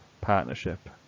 partnership